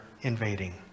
invading